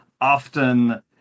often